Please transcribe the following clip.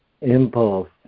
impulse